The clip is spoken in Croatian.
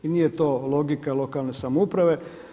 I nije to logika lokalne samouprave.